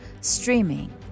streaming